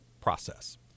process